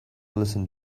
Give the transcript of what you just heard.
listen